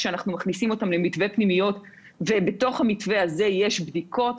כשאנחנו מכניסים אותם למתווה פנימיות ובתוך המתווה הזה יש בדיקות.